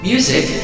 Music